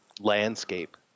landscape